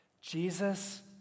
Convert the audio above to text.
Jesus